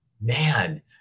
Man